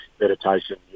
meditation